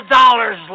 dollars